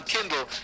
Kindle